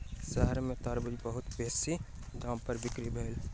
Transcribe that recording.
शहर में तरबूज बहुत बेसी दाम पर बिक्री भेल